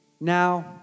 now